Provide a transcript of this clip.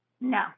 No